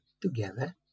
together